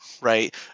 right